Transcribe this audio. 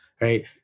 right